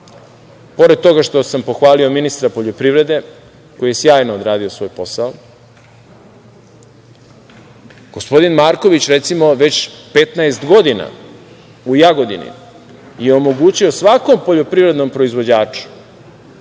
toga što sam pohvalio ministra poljoprivrede, koji je sjajno odradio svoj posao, gospodin Marković, recimo, već 15 godina u Jagodini je omogućio svakom poljoprivrednom proizvođaču